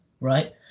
Right